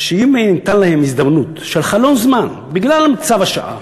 ואם הייתה להם הזדמנות של חלון זמן, בגלל צו השעה,